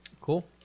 Cool